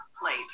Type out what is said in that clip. plate